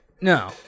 No